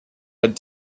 had